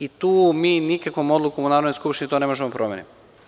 I tu mi nikakvom odlukom u Narodnoj skupštini to ne možemo promeniti.